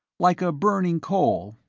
like a burning coal,